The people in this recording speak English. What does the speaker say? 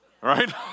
Right